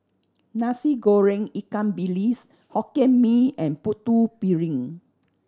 Nasi Goreng ikan bilis Hokkien Mee and Putu Piring